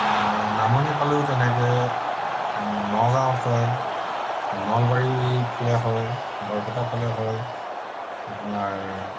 নামনি ফালেও তেনেকৈ নগাঁৱত হয় নলবাৰীৰ ফালে হয় বৰপেটা ফালে হয় আপোনাৰ